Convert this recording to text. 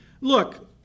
Look